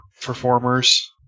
performers